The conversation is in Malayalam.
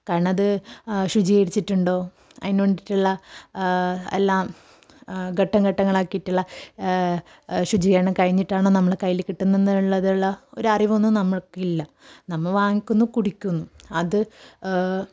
കാരണമത് ശുചീകരിച്ചിട്ടുണ്ടോ അതിനുവേണ്ടിയിട്ടുള്ള എല്ലാം ഘട്ടം ഘട്ടങ്ങളാക്കിയിട്ടുള്ള ശുചീകരണം കഴിഞ്ഞിട്ടാണോ നമ്മളുടെ കയ്യിൽ കിട്ടുന്നത് എന്നുള്ള ഒരറിവൊന്നും നമ്മൾക്കില്ല നമ്മൾ വാങ്ങിക്കുന്നു കുടിക്കുന്നു അത്